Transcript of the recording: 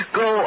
go